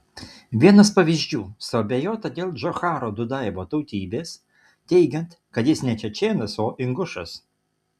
vienas pavyzdžių suabejota dėl džocharo dudajevo tautybės teigiant kad jis ne čečėnas o ingušas